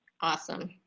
Awesome